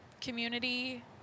community